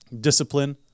discipline